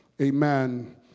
Amen